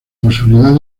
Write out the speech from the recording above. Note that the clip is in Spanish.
posibilidad